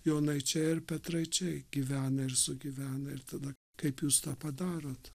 jonaičiai ar petraičiai gyvena ir sugyvena ir tada kaip jūs tą padarot